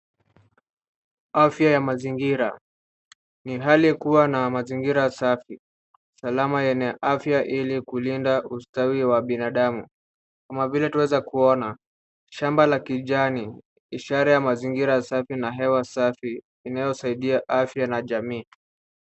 Afya ya mazingira ni hali kuwa na mazingira safi salama yenye afya ili kulinda ustawi wa binadamu, kama vile twaeza kuona shamba la kijani ishara ya mazingira safi na hewa safi inayosaidia afya na jamii.